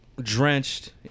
drenched